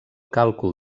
càlcul